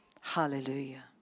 Hallelujah